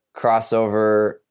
crossover